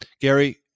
Gary